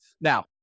Now